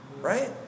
Right